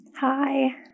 Hi